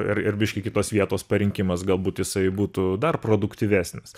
ir ir biškį kitos vietos parinkimas galbūt jisai būtų dar produktyvesnis